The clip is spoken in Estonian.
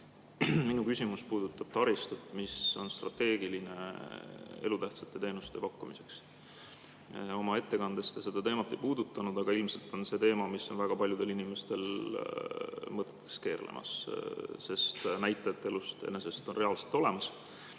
Minu küsimus puudutab taristut, mis on strateegiline elutähtsate teenuste pakkumiseks. Oma ettekandes te seda teemat ei puudutanud, aga ilmselt on see teema, mis on väga paljudel inimestel mõtetes keerlemas, sest näited elust enesest on reaalselt olemas.